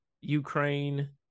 Ukraine